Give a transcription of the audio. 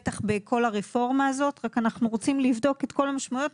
בטח בכל הרפורמה הזאת אבל אנחנו רוצים לבדוק את כל המשמעויות.